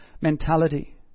mentality